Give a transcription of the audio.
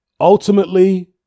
ultimately